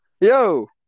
Yo